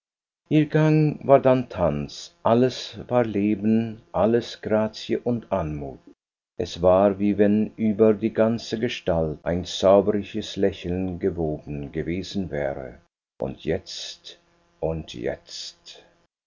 war dann tanz alles war leben alles grazie und anmut es war wie wenn über die ganze gestalt ein zauberisches lächeln gewoben gewesen wäre und jetzt und jetzt kalt und